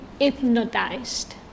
hypnotized